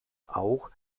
auch